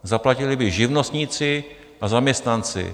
Zaplatili by živnostníci a zaměstnanci.